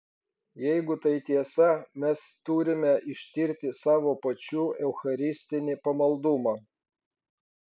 jeigu tai tiesa mes turime ištirti savo pačių eucharistinį pamaldumą